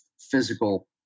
physical